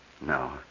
No